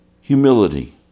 humility